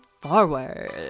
forward